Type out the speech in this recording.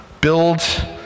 Build